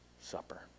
supper